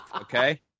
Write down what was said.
Okay